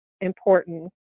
important